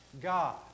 God